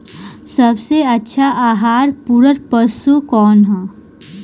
सबसे अच्छा आहार पूरक पशु कौन ह?